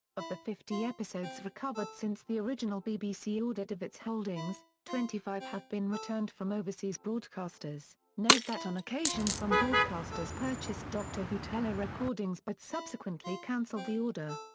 of the fifty episodes recovered since the original bbc audit of its holdings, twenty five have been returned from overseas broadcasters note that on occasion some broadcasters purchased doctor who telerecordings but subsequently cancelled the order.